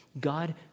God